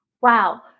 Wow